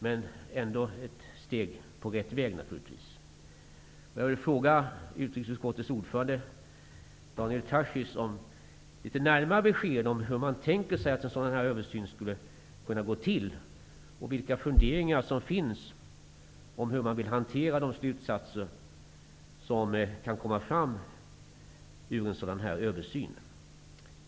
Men det är naturligtvis ändå ett steg på rätt väg. Jag vill be utrikesutskottets ordförande Daniel Tarschys om litet närmare besked om hur man tänker sig att en sådan översyn skulle kunna gå till och vilka funderingar som finns om hur man vill hantera de slutsatser som kan komma fram vid en sådan översyn.